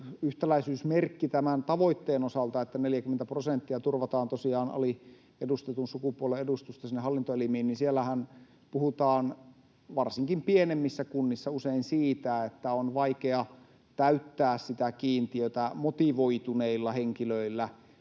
yhtäläisyysmerkki tämän tavoitteen osalta, että 40 prosenttia turvataan tosiaan aliedustetun sukupuolen edustusta sinne hallintoelimiin — varsinkin pienemmissä kunnissa usein siitä, että on vaikea täyttää sitä kiintiötä motivoituneilla henkilöillä.